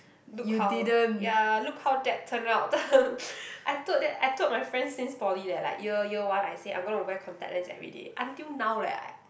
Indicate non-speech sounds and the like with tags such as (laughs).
look how ya look how that turned out (laughs) I told that I told my friends since poly leh since year year one I say I'm gonna wear contact lens everyday until now leh I